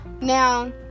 Now